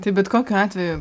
tai bet kokiu atveju